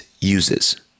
uses